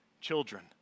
children